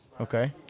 Okay